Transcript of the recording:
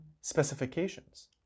specifications